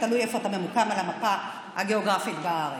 תלוי איפה אתה ממוקם על המפה הגיאוגרפית בארץ.